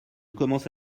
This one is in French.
commence